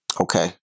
Okay